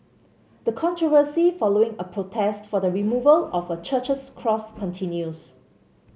the controversy following a protest for the removal of a church's cross continues